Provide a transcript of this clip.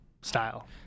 style